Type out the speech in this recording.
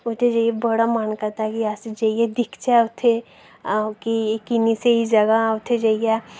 उत्थै जाइये बड़ा मन करदा कि अस जाइयै दिक्खचै उत्थै कि किन्नी स्हेई जगह् उत्थै जाइयै